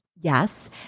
yes